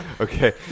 Okay